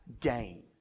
gain